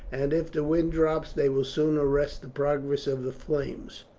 and if the wind drops they will soon arrest the progress of the flames.